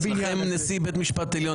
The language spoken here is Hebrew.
אצלכם נשיא בית משפט עליון יותר חשוב.